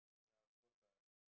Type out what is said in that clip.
ya of course lah